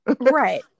Right